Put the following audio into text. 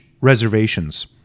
reservations